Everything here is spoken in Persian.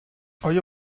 آیا